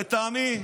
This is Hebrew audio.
לטעמי,